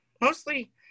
Mostly